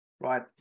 Right